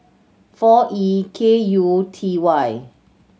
four E K U T Y